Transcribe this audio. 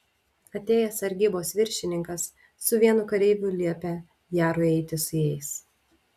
atėjęs sargybos viršininkas su vienu kareiviu liepė jarui eiti su jais